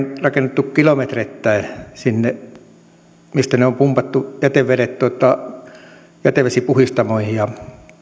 rakennettu kilometreittäin sinne mistä ne jätevedet on pumpattu jätevesipuhdistamoihin ja